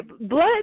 blood